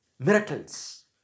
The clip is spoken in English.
Miracles